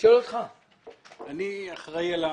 חברות כרטיסי האשראי,